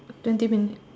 twenty minutes